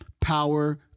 Power